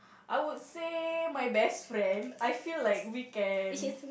I would say my best friend I feel like we can